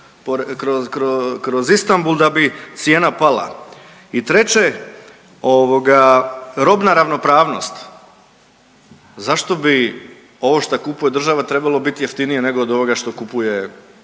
kroz Istanbul da bi cijena pala. I treće, ovoga robna ravnopravnost. Zašto bi ovo šta kupuje država trebalo biti jeftinije nego od ovoga šta kupuje običan